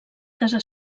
casa